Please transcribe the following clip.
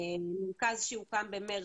מרכז שהוקם במרץ.